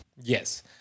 Yes